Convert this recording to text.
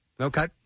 Okay